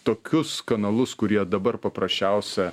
tokius kanalus kurie dabar paprasčiausia